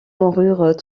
moururent